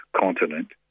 continent